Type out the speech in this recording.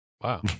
Wow